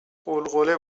غلغله